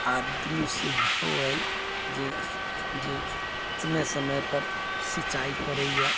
आदमी सेहो अइ जे समय समय पर सिचाइ करैया